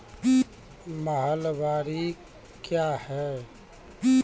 महलबाडी क्या हैं?